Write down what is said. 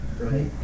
right